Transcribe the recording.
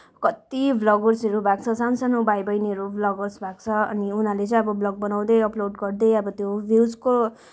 कति ब्लगर्सहरू भएको छ सानसानो भाइ बहिनीहरू ब्लगर्स भएको छ अनि उनीहरूले चाहिँ अब ब्लग बनाउँदै अपलोड गर्दै अब त्यो भ्युजको